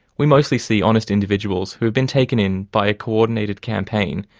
we mostly see honest individuals who have been taken in by a calculated campaign,